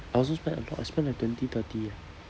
I also spend a lot I spend like twenty thirty eh